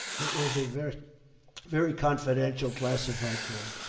it was a very very confidential, classified call,